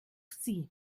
sie